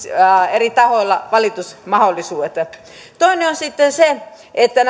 eri tahoilla valitusmahdollisuudet toinen on sitten se että